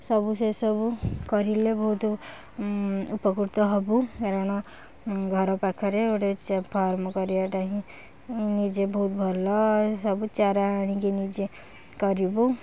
ସବୁ ସେସବୁ କରିଲେ ବହୁତ ଉପକୃତ ହେବୁ କାରଣ ଘର ପାଖରେ ଗୋଟେ ସେ ଫାର୍ମ କରିବାଟା ହିଁ ନିଜେ ବହୁତ ଭଲ ଆଉ ସବୁ ଚାରା ଆଣିକି ନିଜେ କରିବୁ